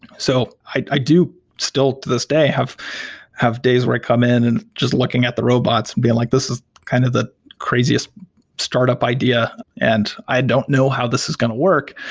so i i do still to this day have have days where i come in and just looking at the robots and being like, this is kind of the craziest startup idea and i don't know how this is going to work.